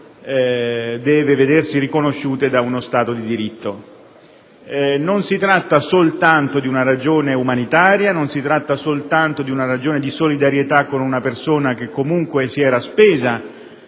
Non si tratta soltanto di una ragione umanitaria o di una ragione di solidarietà con una persona che comunque si era spesa